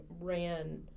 ran